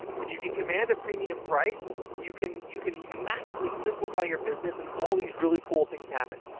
when you can command a premium price you can you can massively simplify your business and all these really cool things happen.